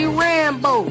rambo